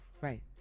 Right